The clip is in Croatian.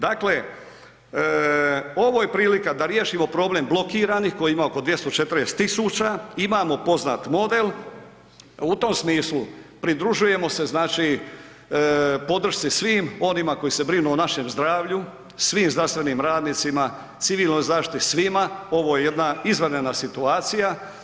Dakle, ovo je prilika da riješimo problem blokiranih kojih ima oko 240 tisuća, imamo poznat model, u tom smislu pridružujemo se znači podršci svim onima koji se brinu o našem zdravlju, svim znanstvenim radnicima, civilnoj zaštiti, svima, ovo je jedna izvanredna situacija.